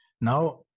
now